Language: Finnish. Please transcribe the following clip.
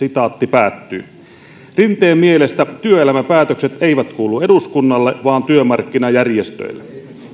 rinteen mielestä työelämäpäätökset eivät kuulu eduskunnalle vaan työmarkkinajärjestöille